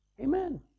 Amen